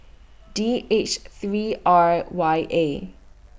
D H three R Y A